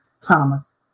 Thomas